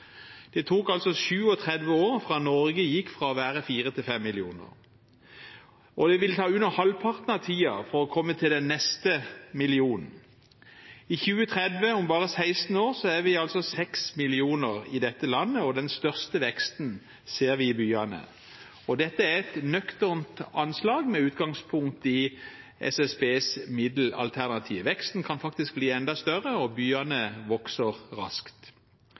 Det tok altså 37 år fra Norge gikk fra 4 til 5 millioner, og det vil ta under halvparten av tiden å komme til den neste millionen. I 2030, om bare 16 år, er vi 6 millioner i dette landet, og den største veksten ser vi i byene. Dette er et nøkternt anslag, med utgangspunkt i SSBs middelalternativ. Veksten kan faktisk bli enda større, og byene vokser raskt.